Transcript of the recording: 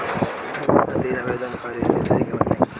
बीमा खातिर आवेदन करे के तरीका बताई?